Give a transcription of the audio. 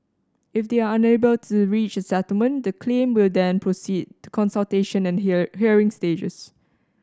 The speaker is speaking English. if they are unable to reach a settlement the claim will then proceed to consultation and hear hearing stages